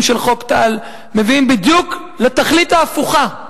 של חוק טל מביאות בדיוק לתכלית ההפוכה,